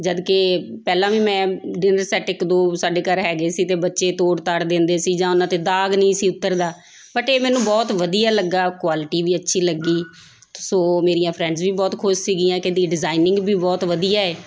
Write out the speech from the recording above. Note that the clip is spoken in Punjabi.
ਜਦਕਿ ਪਹਿਲਾਂ ਵੀ ਮੈਂ ਡਿਨਰ ਸੈਟ ਇੱਕ ਦੋ ਸਾਡੇ ਘਰ ਹੈਗੇ ਸੀ ਅਤੇ ਬੱਚੇ ਤੋੜ ਤਾੜ ਦਿੰਦੇ ਸੀ ਜਾਂ ਉਹਨਾਂ 'ਤੇ ਦਾਗ ਨਹੀਂ ਸੀ ਉੱਤਰਦਾ ਬਟ ਇਹ ਮੈਨੂੰ ਬਹੁਤ ਵਧੀਆ ਲੱਗਾ ਕੁਆਲਿਟੀ ਵੀ ਅੱਛੀ ਲੱਗੀ ਸੋ ਮੇਰੀਆਂ ਫਰੈਂਡਸ ਵੀ ਬਹੁਤ ਖੁਸ਼ ਸੀਗੀਆਂ ਕਿ ਇਹਦੀ ਡਿਜ਼ਾਇਨਿੰਗ ਵੀ ਬਹੁਤ ਵਧੀਆ ਹੈ